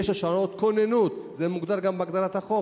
יש לו שעות כוננות, זה מוגדר גם בחוק.